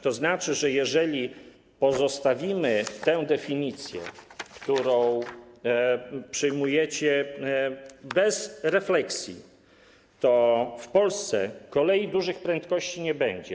To znaczy, że jeżeli pozostawimy tę definicję, którą przyjmujecie bez refleksji, to w Polsce kolei dużych prędkości nie będzie.